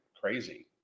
crazy